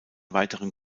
weiteren